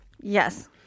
Yes